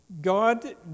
God